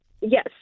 Yes